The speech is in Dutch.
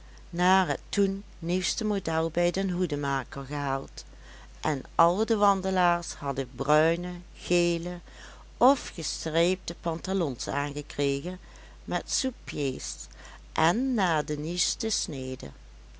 naar het toen nieuwste model bij den hoedemaker gehaald en al de wandelaars hadden bruine gele of gestreepte pantalons aangekregen met soupieds en naar de nieuwste snede